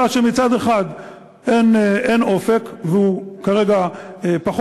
אני זוכרת שהשר אורי אורבך, כשהוא היה חבר